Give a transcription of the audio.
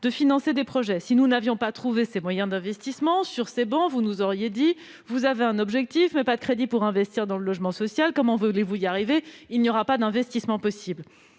je tiens à saluer. Si nous n'avions pas trouvé ces moyens d'investissement, vous nous auriez dit :« Vous avez un objectif, mais pas de crédit pour investir dans le logement social : comment voulez-vous y arriver ? Il n'y aura pas d'investissement possible !